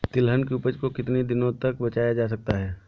तिलहन की उपज को कितनी दिनों तक बचाया जा सकता है?